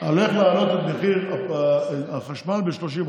הולך להעלות את מחיר החשמל ב-30%.